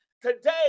today